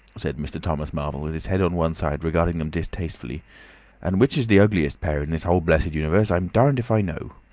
said mr. thomas marvel, with his head on one side regarding them distastefully and which is the ugliest pair in the whole blessed universe, i'm darned if i know!